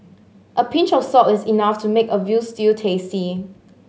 a pinch of salt is enough to make a veal stew tasty